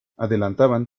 adelantaban